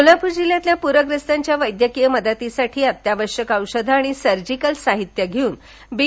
कोल्हापूर जिल्ह्यातील पुरग्रस्तांच्या वैद्यकीय मदतीसाठी अत्यावश्यक औषधें आणि सर्जिकल साहित्य घेऊन बै